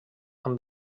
amb